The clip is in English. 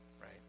right